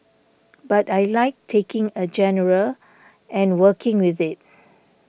but I like taking a genre and working with it